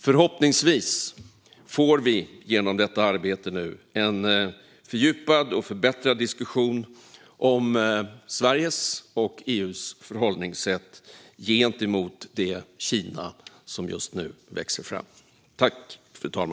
Förhoppningsvis får vi genom detta arbete en fördjupad diskussion om Sveriges och EU:s förhållningssätt gentemot det Kina som nu växer fram.